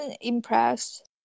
impressed